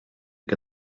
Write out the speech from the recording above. que